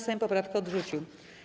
Sejm poprawkę odrzucił.